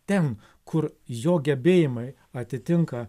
ten kur jo gebėjimai atitinka